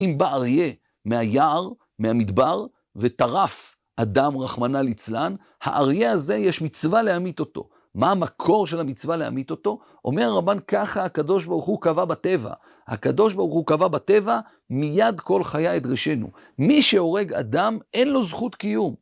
אם בא אריה מהיער, מהמדבר, וטרף אדם רחמנא לצלן, האריה הזו יש מצווה להמית אותו. מה המקור של המצווה להמית אותו? אומר הרמב'ן ככה הקדוש ברוך הוא קבע בטבע. הקדוש ברוך הוא קבע בטבע מיד כל חיה אדרשנו. מי שהורג אדם אין לו זכות קיום.